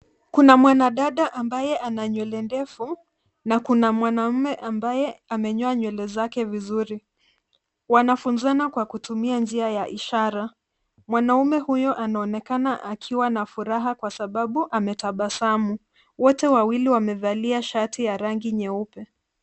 Kuna mwanadada ambaye ana nywele ndefu na kuna mwanaume ambaye amenyoa nywele zake vizuri. Wanafunzana kwa kutumia njia ya ishara. Mwanaume huyo anaonekana akiwa na furaha kwasababu ametabasamu. Wote wawili wamevalia shati ya rangi nyeupe.